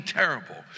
terrible